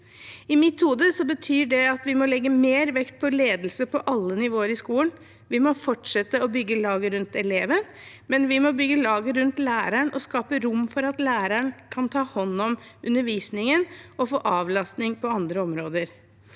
I mitt hode betyr det at vi må legge mer vekt på ledelse på alle nivåer i skolen. Vi må fortsette å bygge laget rundt eleven, men vi må bygge laget rundt læreren og skape rom for at læreren kan ta hånd om undervisningen og få avlastning på andre områder.